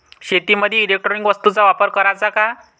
शेतीमंदी इलेक्ट्रॉनिक वस्तूचा वापर कराचा का?